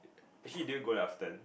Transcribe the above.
actually do you go there often